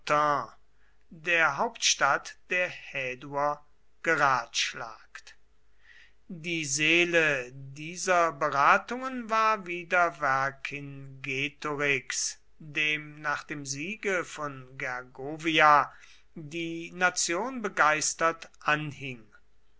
der hauptstadt der häduer geratschlagt die seele dieser beratungen war wieder vercingetorix dem nach dem siege von gergovia die nation begeistert anhing